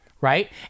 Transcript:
right